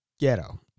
ghetto